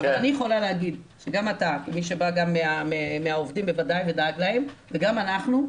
אני יכולה להגיד שגם אתה כמי שבא מהעובדים בוודאי ודאג להם וגם אנחנו,